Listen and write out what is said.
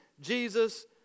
Jesus